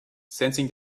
sensing